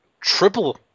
triple